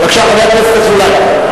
בבקשה, חבר הכנסת אזולאי.